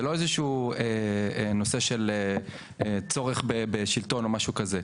זה לא איזשהו נושא של צורך בשלטון או משהו כזה.